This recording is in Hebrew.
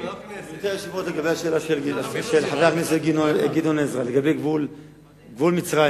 לגבי השאלה של חבר הכנסת גדעון עזרא על גבול מצרים.